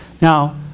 Now